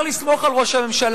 ואפשר לסמוך על ראש הממשלה,